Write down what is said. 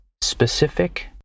specific